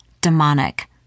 demonic